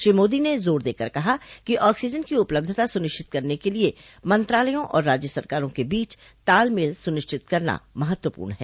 श्री मोदी ने जोर देकर कहा कि ऑक्सीजन की उपलब्धता सुनिश्चित करने के लिए मंत्रालयों और राज्य सरकारों के बीच तालमेल सुनिश्चित करना महत्वपूर्ण है